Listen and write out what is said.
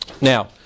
Now